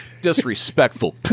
Disrespectful